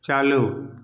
चालू